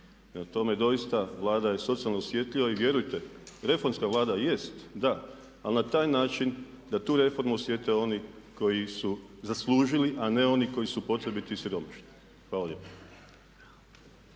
tome, doista Vlada je socijalno osjetljiva. I vjerujte, reformska Vlada jest, da, ali na taj način da tu reformu osjete oni koji su zaslužili a ne oni koji su potrebiti i siromašni. Hvala lijepa.